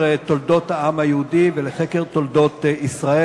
תולדות העם היהודי ולחקר תולדות ישראל.